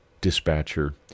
dispatcher